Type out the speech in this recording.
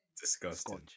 disgusting